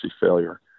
failure